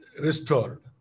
restored